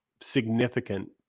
significant